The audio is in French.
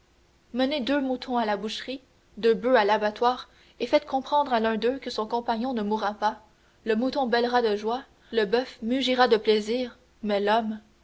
menez deux moutons à la boucherie deux boeufs à l'abattoir et faites comprendre à l'un d'eux que son compagnon ne mourra pas le mouton bêlera de joie le boeuf mugira de plaisir mais l'homme